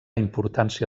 importància